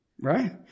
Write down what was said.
right